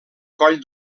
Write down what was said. coll